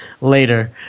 later